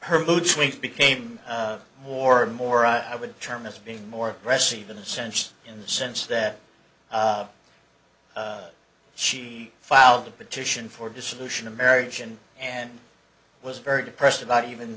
her mood swings became more and more i would term this being more aggressive in the sense in the sense that she filed the petition for dissolution of marriage and and was very depressed about even